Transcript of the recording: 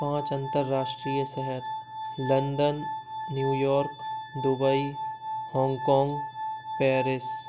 पाँच अंतर्राष्ट्रीय शहर London New York Dubai Hong Kong Paris